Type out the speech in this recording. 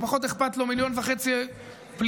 פחות אכפת לו מיליון וחצי פליטים